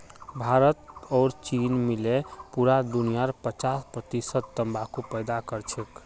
भारत और चीन मिले पूरा दुनियार पचास प्रतिशत तंबाकू पैदा करछेक